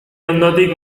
ondotik